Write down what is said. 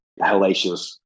hellacious